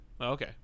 Okay